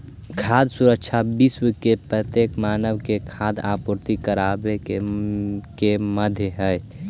खाद्य सुरक्षा विश्व के प्रत्येक मानव के खाद्य आपूर्ति कराबे के माध्यम हई